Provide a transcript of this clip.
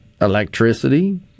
electricity